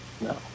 No